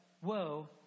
Whoa